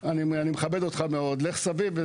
אני מכבד אותך מאוד, לך סביב.